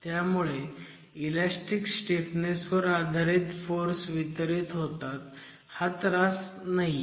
त्यामुळे elastic stiffness वर आधारित फोर्स वितरित होतात हा त्रास हा नाहीये